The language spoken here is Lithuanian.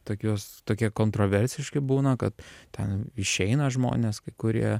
tokius tokie kontroversiški būna kad ten išeina žmonės kurie